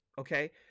Okay